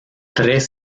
tres